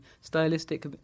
stylistic